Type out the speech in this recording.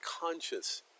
conscious